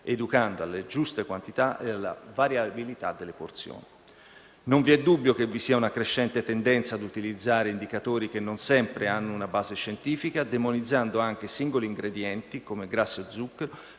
educando alle giuste quantità e alla variabilità delle porzioni. Non vi è dubbio che vi sia una crescente tendenza ad utilizzare indicatori che non sempre hanno una base scientifica, demonizzando anche singoli ingredienti, come grassi e zuccheri,